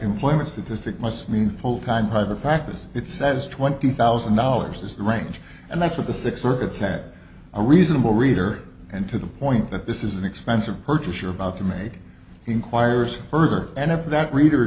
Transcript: employment statistic must mean full time private practice it says twenty thousand dollars is the range and that's what the sixth circuit said a reasonable reader and to the point that this is an expensive purchase you're about to make inquires further and if that reader